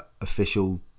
official